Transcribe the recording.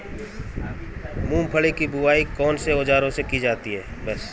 मूंगफली की बुआई कौनसे औज़ार से की जाती है?